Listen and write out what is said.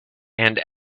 and